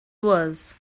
was